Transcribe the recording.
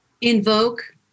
invoke